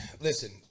listen